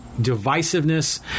divisiveness